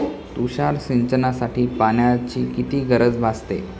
तुषार सिंचनासाठी पाण्याची किती गरज भासते?